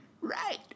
right